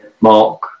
Mark